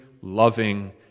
loving